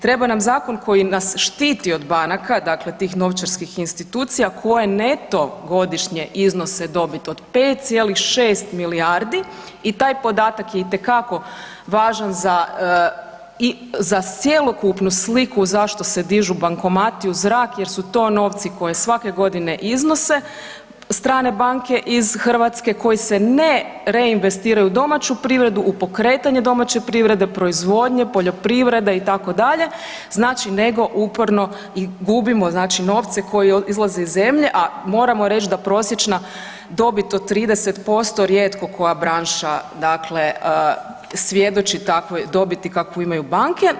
Treba nam zakon koji nas štiti od banaka dakle tih novčarskih institucija koje neto godišnje iznose dobit od 5,6 milijardi i taj podatak je itekako važan za cjelokupnu sliku zašto se dižu bankomati u zrak jer su to novci koje svake godine iznose strane banke iz Hrvatske koji se ne reinvestira u domaću privredu, u pokretanje domaće privrede, proizvodnje, poljoprivrede itd., znači nego uporno gubimo novce znači koji izlaze iz zemlje, a moramo reći da prosječna dobit od 30% rijetko koja branša dakle svjedoči takvoj dobiti kakvu imaju banke.